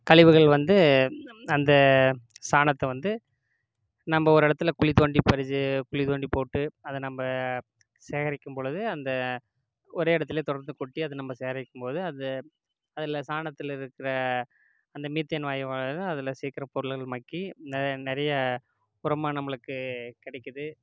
கழிவுகள் வந்து அந்த சாணத்தை வந்து நம்ம ஒரு இடத்துல குழி தோண்டி பறித்து குழி தோண்டி போட்டு அதை நம்ம சேகரிக்கும்பொழுது அந்த ஒரே இடத்துலேயே தொடர்ந்து கொட்டி அது நம்ம சேகரிக்கும்போது அது அதில் சாணத்தில் இருக்கிற அந்த மீத்தேன் வாயுவானது அதில் சீக்கிரம் பொருளில் மட்கி நிறைய நிறைய உரமாக நம்மளுக்கு கிடைக்குது